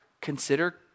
consider